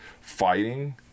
fighting